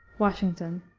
washington.